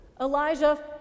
Elijah